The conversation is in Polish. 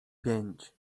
pięć